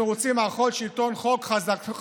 אנחנו רוצים מערכות שלטון חזקות,